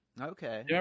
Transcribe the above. Okay